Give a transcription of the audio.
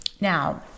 Now